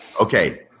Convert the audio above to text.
okay